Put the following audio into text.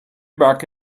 back